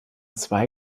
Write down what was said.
zwei